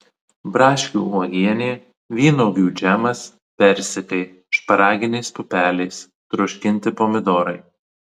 braškių uogienė vynuogių džemas persikai šparaginės pupelės troškinti pomidorai